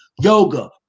Yoga